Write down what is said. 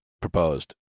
proposed